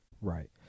Right